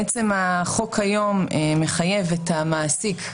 בעצם החוק היום מחייב את המעסיק,